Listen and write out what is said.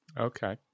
Okay